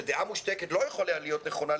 שדעה מושתקת לא יכולה להיות נכונה,